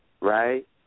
right